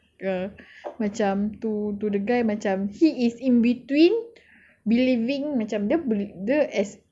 err macam to to the guy macam he is in between believing macam dia bol~ dia as